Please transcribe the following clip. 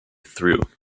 through